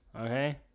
Okay